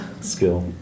skill